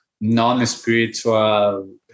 non-spiritual